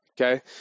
Okay